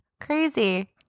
crazy